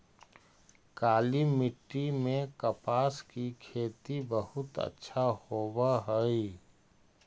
काली मिट्टी में कपास की खेती बहुत अच्छा होवअ हई